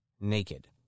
naked